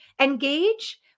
Engage